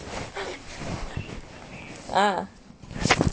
ah